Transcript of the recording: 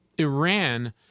Iran